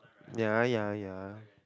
ya ya ya